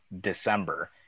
December